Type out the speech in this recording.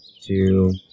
two